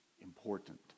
important